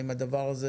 האם נתנו על הדבר הזה